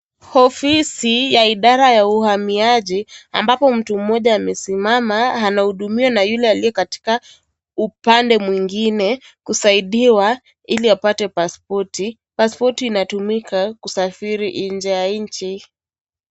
Ofisi ya idara ya uhamiaji ambapo mtu mmoja amesimama, anahudumiwa na yule aliyekatika upande mwingine kusaidiwa ili apate paspoti, paspoti inatumika kusafiri nje ya nchi.